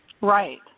Right